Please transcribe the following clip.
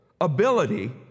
ability